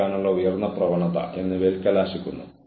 അപ്പോഴാണ് തങ്ങൾ ലക്ഷ്യമിടുന്നതെന്ന് അവർ മനസ്സിലാക്കുന്നു